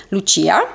Lucia